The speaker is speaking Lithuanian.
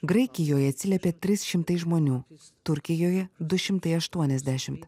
graikijoje atsiliepė trys šimtai žmonių turkijoje du šimtai aštuoniasdešimt